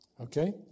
Okay